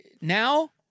Now